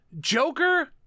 Joker